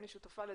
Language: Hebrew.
אני שותפה לדעתך,